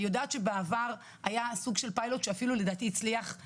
אני יודעת שבעבר היה סוג של פיילוט שאפילו לדעתי הצליח.